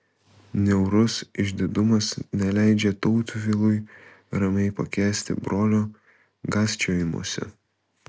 niaurus išdidumas neleidžia tautvilui ramiai pakęsti brolio gąsčiojimosi